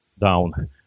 down